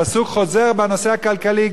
הפסוק חוזר גם לנושא הכלכלי: